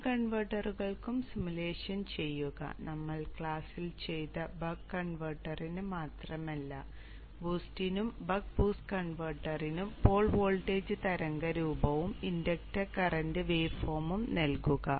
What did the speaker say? മൂന്ന് കൺവെർട്ടറുകൾക്കും സിമുലേഷനുകൾ ചെയ്യുക നമ്മൾ ക്ലാസ്സിൽ ചെയ്ത ബക്ക് കൺവെർട്ടറിന് മാത്രമല്ല BOOST നും ബക്ക് BOOST കൺവെർട്ടറിനും പോൾ വോൾട്ടേജ് തരംഗരൂപവും ഇൻഡക്ടർ കറന്റ് വേവ്ഫോമും നോക്കുക